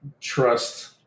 trust